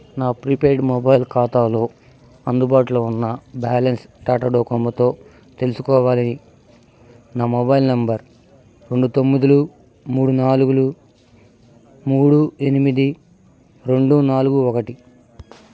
నా prepaid mobile ఖాతాలో అందుబాటులో ఉన్న బ్యాలెన్స్ టాటా డోకోమోతో తెలుసుకోవాలి నా మొబైల్ నంబర్ రెండు తొమ్మిదులు మూడు నాలుగులు మూడు ఎనిమిది రెండు నాలుగు ఒకటి